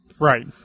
Right